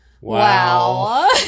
Wow